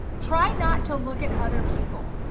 try not to look at other people,